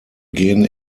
gehen